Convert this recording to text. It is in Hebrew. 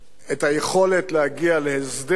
את היכולת להגיע להסדר,